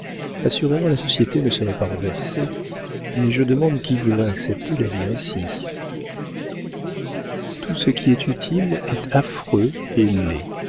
assurément la société ne serait pas renversée mais je demande qui voudrait accepter la vie ainsi tout ce qui est utile est affreux et laid